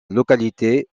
localité